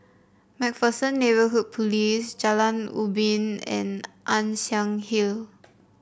MacPherson Neighbourhood Police Post Jalan Ubin and Ann Siang Hill